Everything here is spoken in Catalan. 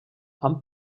amb